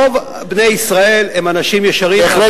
רוב בני ישראל הם אנשים ישרים והגונים,